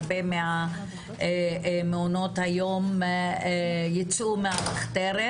הרבה ממעונות היום יצאו מהמחתרת,